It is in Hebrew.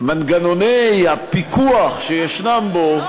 מנגנוני הפיקוח שישנם בו לא